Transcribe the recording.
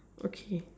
okay